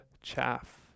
chaff